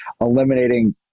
eliminating